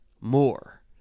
more